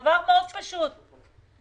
דבר פשוט מאוד.